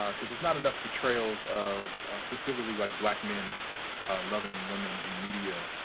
um cause there's not enough portrayals of specifically like black men loving women in media.